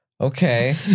Okay